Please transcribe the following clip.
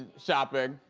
shopping.